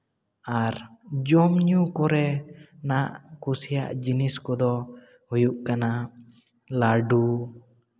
ᱟᱨ ᱡᱚᱢ ᱧᱩ ᱠᱚᱨᱮᱱᱟᱜ ᱠᱩᱥᱤᱭᱟᱜ ᱡᱤᱱᱤᱥ ᱠᱚᱫᱚ ᱦᱩᱭᱩᱜ ᱠᱟᱱᱟ ᱞᱟᱹᱰᱩ